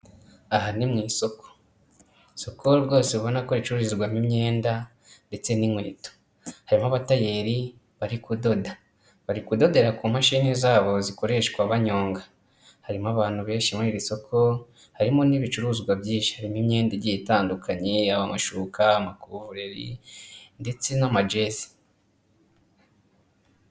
Aha ni mu isoko isoko rwose ubona ko hacururizwamo imyenda ndetse n'inkweto, harimo abatayeri bari kudoda bari kudoterara kumashini zabo zikoreshwa banyonga harimo abantu benshi muri iri soko harimo n'ibicuruzwa byinshi n'imyenda igiye itandukanye y'amashuka amakuvurori ndetse n'amajezi.